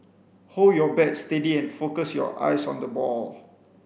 hold your bat steady and focus your eyes on the ball